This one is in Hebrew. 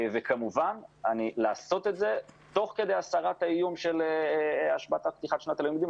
וכמובן לעשות את זה תוך כדי הסרת האיום של השבתת פתיחת שנת הלימודים.